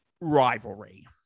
rivalry